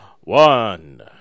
one